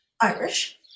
Irish